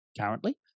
currently